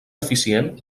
eficient